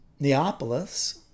Neapolis